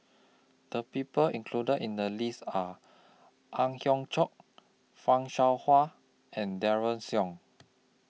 The People included in The list Are Ang Hiong Chiok fan Shao Hua and Daren Shiau